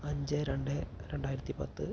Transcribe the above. അഞ്ച് രണ്ട് രണ്ടായിരത്തി പത്ത്